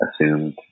assumed